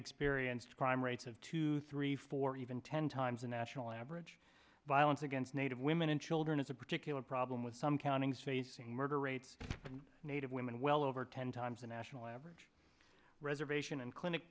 experience crime rates of two three four or even ten times the national average violence against native women and children is a particular problem with some counties facing murder rates and native women well over ten times the national average reservation and clinic